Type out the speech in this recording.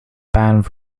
banned